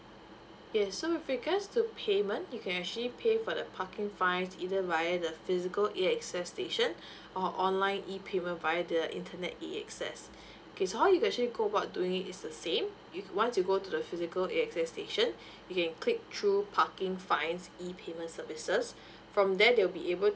yes so with regards to payment you can actually pay for the parking fines either via the physical A_X_S station or online e payment via the internet A_X_S okay how's you actually go about doing is the same once to go to the physical A_X_S station you can click through parking fines e payment services from there they will be able